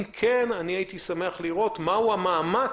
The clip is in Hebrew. אם כן, הייתי רוצה לראות מה המאמץ